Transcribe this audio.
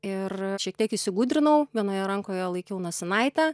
ir šiek tiek įsigudrinau vienoje rankoje laikiau nosinaitę